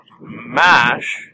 MASH